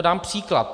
Dám příklad.